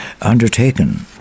undertaken